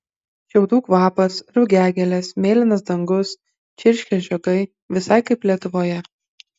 šiaudų kvapas rugiagėlės mėlynas dangus čirškia žiogai visai kaip lietuvoje